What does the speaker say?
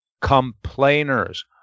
complainers